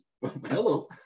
hello